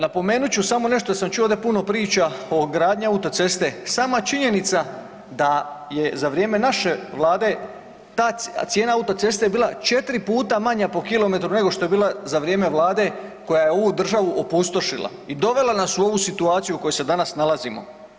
Napomenut ću samo nešto sam čuo da je puno priča o gradnji autoceste, sama činjenica da je za vrijeme naše Vlada ta cijena autoceste bila 4 puta manja po kilometru nego što je bila za vrijeme Vlade koja je ovu državu opustošila i dovela nas u ovu situaciju u kojoj se danas nalazimo.